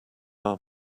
our